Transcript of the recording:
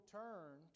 turn